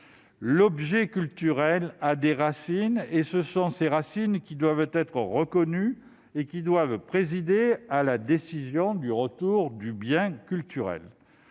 L'objet culturel a des racines, et ce sont ces racines qui doivent être reconnues et qui doivent présider à la décision conduisant au retour du bien.